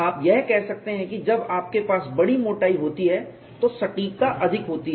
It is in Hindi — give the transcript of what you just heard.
आप यह कह सकते हैं कि जब आपके पास बड़ी मोटाई होती है तो सटीकता अधिक होती है